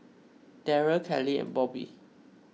Derrell Kelly and Bobby